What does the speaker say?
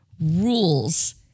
rules